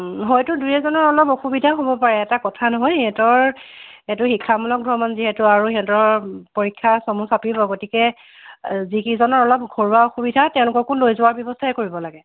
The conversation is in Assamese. ও হয়তো দুই এজনৰ অলপ অসুবিধা হ'ব পাৰে এটা কথা নহয় সিহঁতৰ এইটো শিক্ষামূলক ভ্ৰমণ যিহেতু আৰু সিহঁতৰ পৰীক্ষা চমু চাপিব গতিকে যিকেইজনৰ অলপ ঘৰুৱা অসুবিধা তেওঁলোককো লৈ যোৱাৰ ব্যৱস্থাই কৰিব লাগে